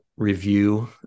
review